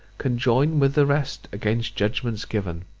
can join with the rest against judgments given.